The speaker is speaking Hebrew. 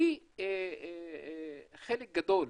כי חלק גדול